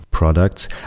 products